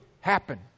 happen